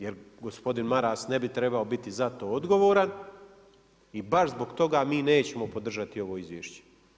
Jer gospodin Maras ne bi trebao biti za to odgovoran i baš zbog toga mi nećemo podržati ovo izvješće.